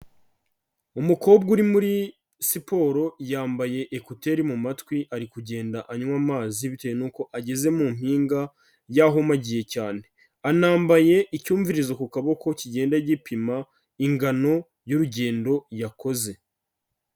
Umukobwa uri muri siporo yambaye ekuteri mu matwi, ari kugenda anywa amazi bitewe nuko ageze mu mpinga yahumagiye cyane. Anambaye icyumvirizo ku kaboko kigenda gipima ingano y'urugendo yakoze.